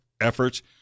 efforts